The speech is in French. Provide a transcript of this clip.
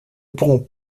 pourront